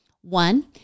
One